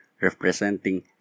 representing